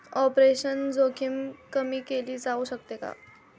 Operational जोखीम कमी केली जाऊ शकते का?